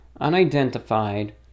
unidentified